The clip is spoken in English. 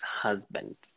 husband